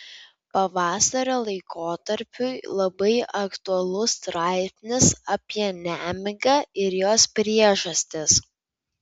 pavasario laikotarpiui labai aktualus straipsnis apie nemigą ir jos priežastis